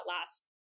last